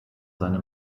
seine